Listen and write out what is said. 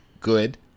good